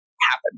happen